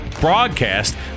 broadcast